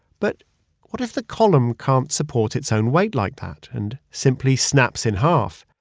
but what if the column can't support its own weight like that and simply snaps in half?